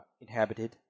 inhabited